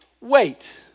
wait